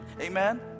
amen